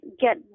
Get